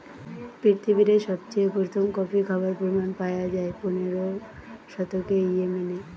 পৃথিবীরে সবচেয়ে প্রথম কফি খাবার প্রমাণ পায়া যায় পনেরোর শতকে ইয়েমেনে